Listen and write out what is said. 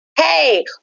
Hey